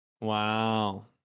wow